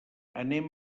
anem